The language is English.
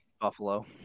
Buffalo